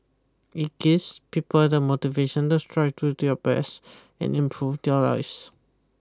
it guess people the motivation to strive to do their best and improve their lives